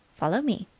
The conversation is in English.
follow me.